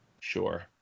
sure